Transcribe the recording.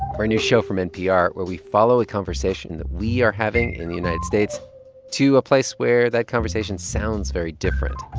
new show from npr where we follow a conversation that we are having in the united states to a place where that conversation sounds very different.